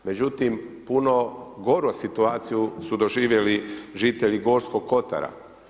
Međutim, puno goru situaciju su doživjeli žitelji Gorskog kotara.